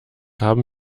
haben